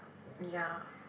ya